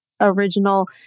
original